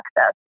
access